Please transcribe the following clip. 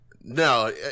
no